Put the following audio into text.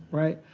right?